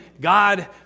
God